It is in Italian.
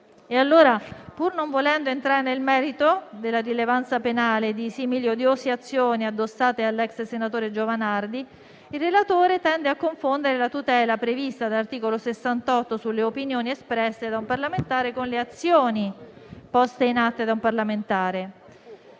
pur non volendo entrare nel merito della rilevanza penale di simili odiose azioni attribuite all'ex senatore Giovanardi, osservo che il relatore tende a confondere la tutela prevista dall'articolo 68 sulle opinioni espresse da un parlamentare con le azioni poste in atto da un parlamentare.